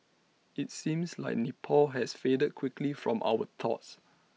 IT seems like Nepal has faded quickly from our thoughts